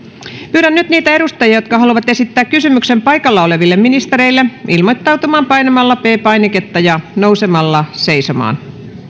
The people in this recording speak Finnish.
pyydän nyt niitä edustajia jotka haluavat esittää kysymyksen paikalla oleville ministereille ilmoittautumaan painamalla p painiketta ja nousemalla seisomaan